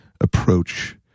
approach